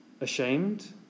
Ashamed